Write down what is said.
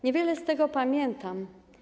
Niewiele z tego pamiętam.